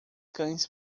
cães